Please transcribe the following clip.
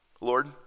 Lord